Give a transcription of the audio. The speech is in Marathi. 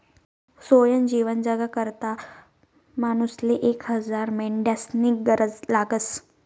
सोयनं जीवन जगाकरता मानूसले एक हजार मेंढ्यास्नी गरज लागस